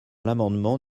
l’amendement